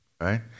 right